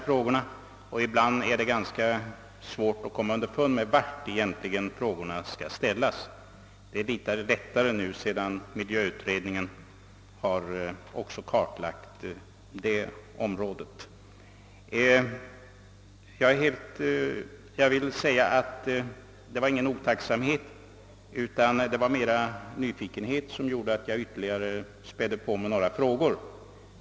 Ibland har det varit ganska svårt att komma underfund med till vem frågorna skall ställas, men det är litet lättare sedan miljöutredningen nu har kartlagt även vattenföroreningarnas område. Det var inte otacksamhet, utan mera nyfikenhet som gjorde att jag här spädde på med några frågor.